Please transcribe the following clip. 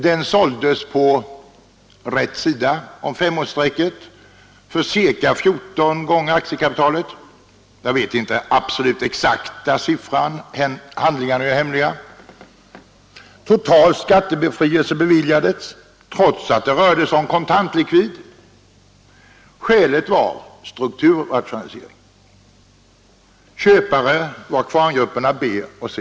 Den såldes på ”rätt sida” om femårsstrecket för ca 14 gånger aktiekapitalet — jag vet inte den absolut exakta siffran, eftersom handlingarna är hemliga. Total skattebefrielse beviljades trots att det rörde sig om kontantlikvid. Skälet var strukturrationalisering. Köpare var kvarngrupperna B och C.